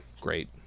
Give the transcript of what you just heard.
great